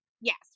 Yes